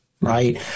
right